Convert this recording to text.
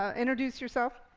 um introduce yourself.